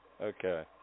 Okay